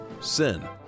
sin